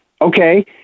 Okay